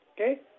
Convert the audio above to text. okay